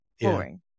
boring